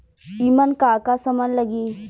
ईमन का का समान लगी?